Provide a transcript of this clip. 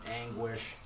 anguish